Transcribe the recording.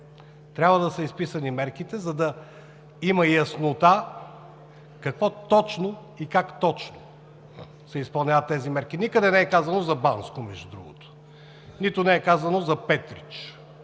трябва да са изписани мерките, за да има яснота какво точно и как точно се изпълняват тези мерки. Никъде не е казано за Банско, между другото, нито е казано за Петрич.